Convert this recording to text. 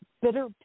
bitter